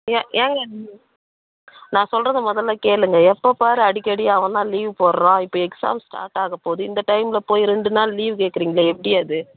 ஏன் ஏங்க நான் சொல்கிறத முதல்ல கேளுங்க எப்போ பார் அடிக்கடி அவன் தான் லீவ் போடுறான் இப்போ எக்ஸாம் ஸ்டார்ட் ஆக போகுது இந்த டைமில் போய் ரெண்டு நாள் லீவ் கேட்குறிங்களே எப்படி அது